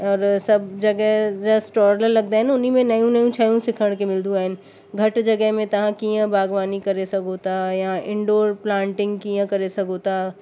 और सभु जॻह जा स्टॉल लॻंदा आहिनि उनमें नयू नयू शयूं सिखण खे मिलदियूं आहिनि घटि जॻह में तव्हां कीअं बागबानी करे सघो था या इंडोर प्लांटिंग कीअं करे सघो था